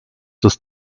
dass